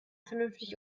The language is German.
vernünftig